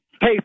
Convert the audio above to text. Hey